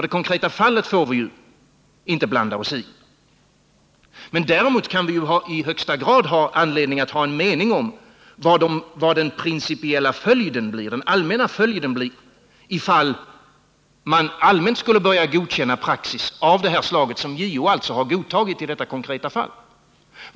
Det konkreta fallet får vi inte blanda oss i, men däremot kan vi i allra högsta grad ha anledning att uttrycka en mening om vilken den principiella följden blir, ifall man allmänt skulle börja godkänna praxis av det slag som JO har godtagit i detta konkreta fall.